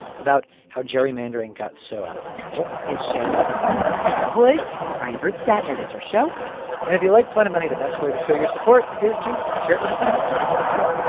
about how gerrymandering got so out of control this show was produced by darian woods. bryant urstadt edits our show and if you like planet money, the best way to show your support is to share it with a friend help us grow.